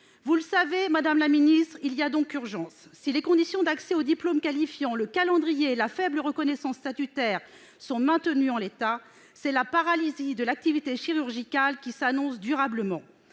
Vous le savez, madame la secrétaire d'État, il y a urgence. Si les conditions d'accès au diplôme qualifiant, le calendrier et la faible reconnaissance statutaire sont maintenus en l'état, c'est la paralysie de l'activité chirurgicale qui s'annonce durablement.